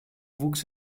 wuchs